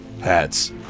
hats